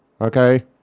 Okay